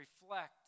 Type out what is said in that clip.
reflect